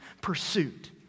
pursuit